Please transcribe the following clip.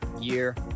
year